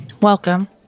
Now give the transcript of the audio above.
welcome